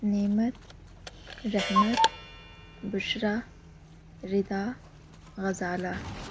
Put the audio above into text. Naimat Rehmat Bushra Rida Ghazala